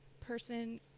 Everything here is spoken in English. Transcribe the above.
person